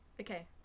Okay